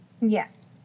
Yes